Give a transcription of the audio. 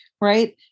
right